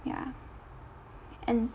ya and